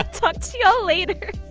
talk to y'all later!